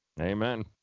Amen